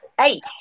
eight